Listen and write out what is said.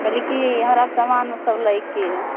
कहली की हमरा समान सब लैके है